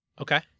Okay